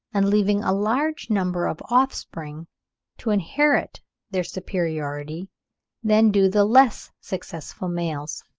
and leaving a larger number of offspring to inherit their superiority than do the less successful males.